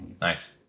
Nice